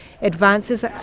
advances